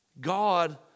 God